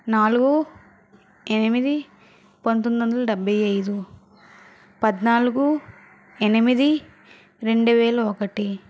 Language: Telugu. నాలుగు ఎనిమిది పంతొమ్మిదొందల డెబ్భై ఐదు పద్నాలుగు ఎనిమిది రెండు వేలు ఒకటి